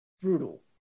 brutal